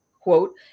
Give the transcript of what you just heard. quote